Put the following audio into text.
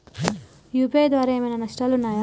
UPI ద్వారా ఏమైనా నష్టాలు ఉన్నయా?